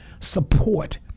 support